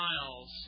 miles